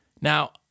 Now